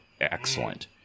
excellent